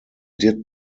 did